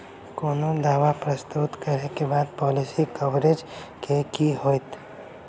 कोनो दावा प्रस्तुत करै केँ बाद पॉलिसी कवरेज केँ की होइत?